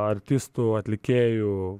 artistų atlikėjų